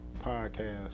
podcast